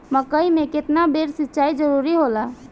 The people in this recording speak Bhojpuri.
मकई मे केतना बेर सीचाई जरूरी होला?